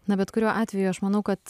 na bet kuriuo atveju aš manau kad